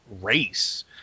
race